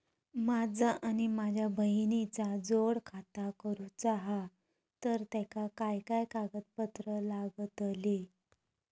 माझा आणि माझ्या बहिणीचा जोड खाता करूचा हा तर तेका काय काय कागदपत्र लागतली?